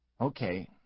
Okay